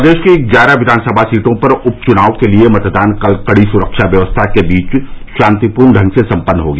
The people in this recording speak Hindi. प्रदेश की ग्यारह विधानसभा सीटों पर उपचुनाव के लिये मतदान कल कड़ी सुरक्षा व्यवस्था के बीच शांतिपूर्ण ढंग से सम्पन्न हो गया